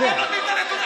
אתם נותנים את הנתונים.